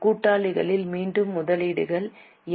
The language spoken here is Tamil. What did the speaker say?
கூட்டாளிகளில் மீண்டும் முதலீடுகள் என்